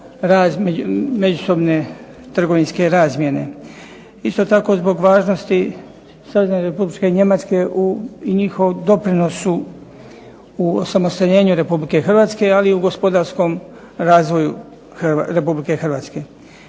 međusobne trgovinske razmjene. Isto tako zbog važnosti Savezne Republike Njemačke i njihov doprinos u osamostaljenju RH, ali i u gospodarskom razvoju RH.